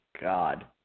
God